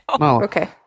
Okay